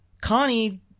Connie –